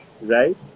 Right